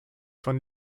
von